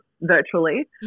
virtually